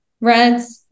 REDS